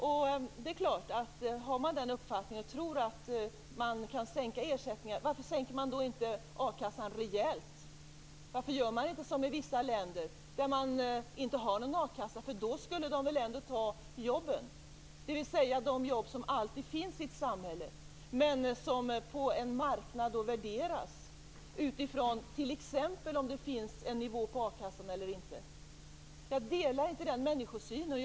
Men om man nu har uppfattningen att ersättningen kan sänkas, varför sänks inte a-kassan rejält? Varför gör man inte som i vissa länder där det inte finns någon a-kassa? Då skulle väl de arbetslösa ta jobben. Det skulle alltså vara de jobb som alltid finns i ett samhälle, men som på en marknad värderas med utgångspunkt i t.ex. om det finns en nivå på a-kassan eller inte. Jag delar inte den människosynen.